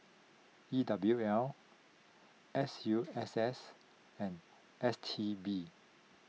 E W L S U S S and S T B